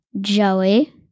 Joey